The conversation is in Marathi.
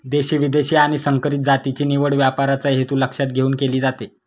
देशी, विदेशी आणि संकरित जातीची निवड व्यापाराचा हेतू लक्षात घेऊन केली जाते